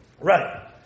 Right